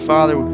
Father